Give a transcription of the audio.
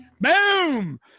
Boom